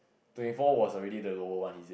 twenty four was already the lower one he said